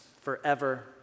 forever